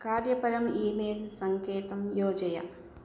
कार्यपरम् email सङ्केतं योजय